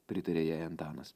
pritarė jai antanas